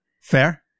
Fair